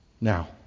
Now